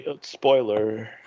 spoiler